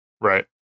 Right